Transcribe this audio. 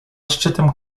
szczytem